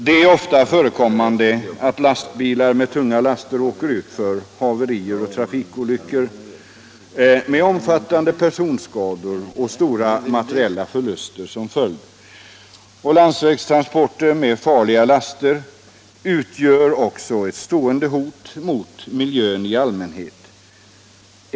Det förekommer ofta att lastbilar med tunga laster råkar ut för haverier och trafikolyckor med omfattande personskador och stora materiella förluster som följd. Landsvägstransporter av farliga laster utgör också ett stående hot mot miljön i allmänhet.